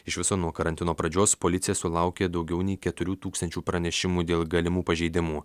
iš viso nuo karantino pradžios policija sulaukė daugiau nei keturių tūkstančių pranešimų dėl galimų pažeidimų